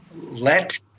Let